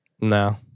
No